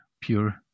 pure